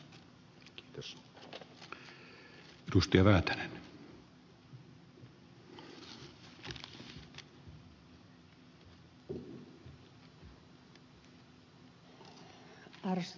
arvostamani puhemies